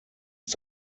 ist